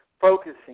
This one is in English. focusing